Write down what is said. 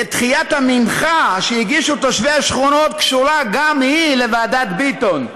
ודחיית המנחה שהגישו תושבי השכונות קשורה גם היא לוועדת ביטון,